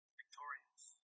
victorious